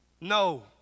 No